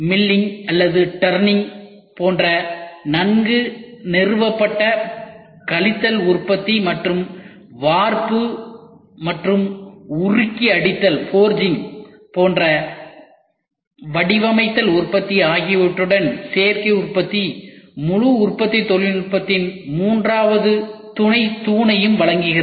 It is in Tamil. மில்லிங் அல்லது டர்னிங் போன்ற நன்கு நிறுவப்பட்ட கழித்தல் உற்பத்தி மற்றும் வார்ப்பு மற்றும் உருக்கி அடித்தல் போன்ற வடிவமைத்தல் உற்பத்தி ஆகியவற்றுடன் சேர்க்கை உற்பத்தி முழு உற்பத்தி தொழில்நுட்பத்தின் மூன்றாவது துணை தூணையும் வழங்குகிறது